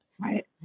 Right